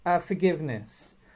forgiveness